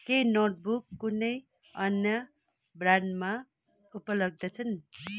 के नोटबुक कुनै अन्य ब्रान्डमा उपलब्ध छन्